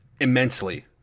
immensely